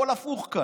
הכול הפוך כאן.